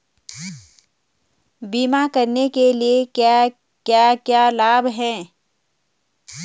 बीमा करने के क्या क्या लाभ हैं?